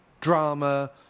drama